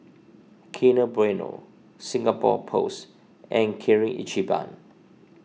Kinder Bueno Singapore Post and Kirin Ichiban